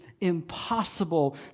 impossible